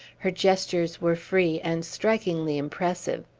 her gestures were free, and strikingly impressive.